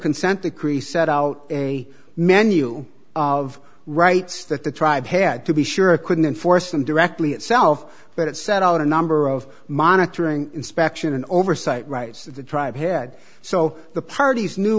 consent decree set out a menu of rights that the tribe had to be sure couldn't enforce them directly itself but it set out a number of monitoring inspection and oversight rights of the tribe head so the parties knew